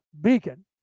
beacon